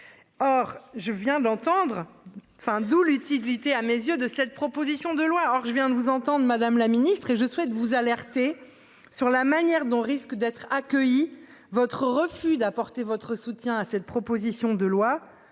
Or je viens d'entendre enfin d'où l'utilité à mes yeux de cette proposition de loi. Alors je viens de vous entendre madame la ministre et je souhaite vous alerter sur la manière dont risque d'être accueilli votre refus d'apporter votre soutien à cette proposition de loi